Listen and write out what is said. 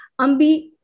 Ambi